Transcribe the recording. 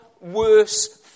worse